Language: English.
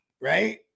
Right